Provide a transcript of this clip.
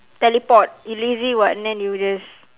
teleport you lazy [what] and then you just